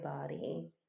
body